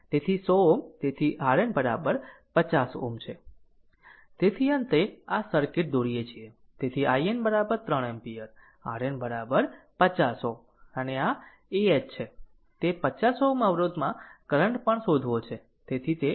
તેથી અંતે આ સર્કિટ દોરીએ છીએ તેથી IN 3 એમ્પીયર RN 50 Ω અને આ ah છે તે 50 Ω અવરોધમાં કરંટ પણ શોધવો છે